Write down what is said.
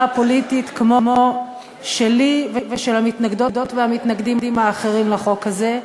הפוליטית כמו שלי ושל המתנגדות והמתנגדים האחרים לחוק הזה,